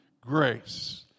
grace